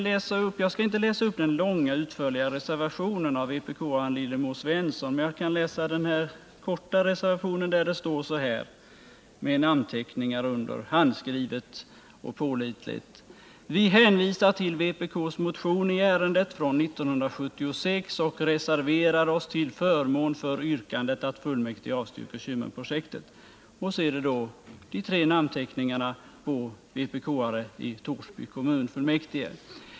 Jag skall inte läsa upp den långa och utförliga reservationen av vpk-aren Lillemor Svensson, men jag kan läsa den korta reservationen, där det står — med namnteckningar under — handskrivet och pålitligt: ”Vi hänvisar till VPK:s motion i ärendet från 1976 och reserverar oss till förmån för yrkandet att fullmäktige avstyrker Kymmenprojektet.” Och så är det då de tre namnteckningarna av vpk-are i Torsby kommunfullmäktige.